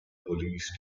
police